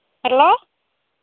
hello